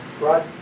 Right